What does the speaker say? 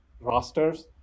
rosters